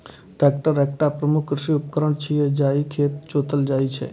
tractor एकटा प्रमुख कृषि उपकरण छियै, जइसे खेत जोतल जाइ छै